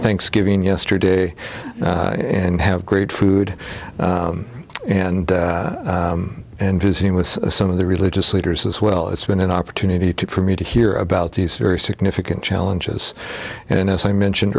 thanksgiving yesterday and have great food and visiting with some of the religious leaders as well it's been an opportunity to for me to hear about these very significant challenges and as i mentioned